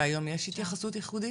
והיום יש התייחסות ייחודית?